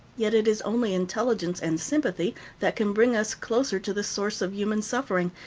yet it is only intelligence and sympathy that can bring us closer to the source of human suffering,